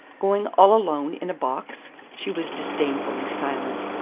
going all alone in a box? she was disdainfully silent.